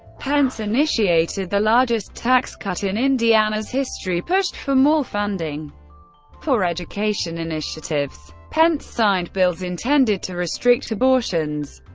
pence initiated the largest tax cut in indiana's history, pushed for more funding for education initiatives. pence signed bills intended to restrict abortions,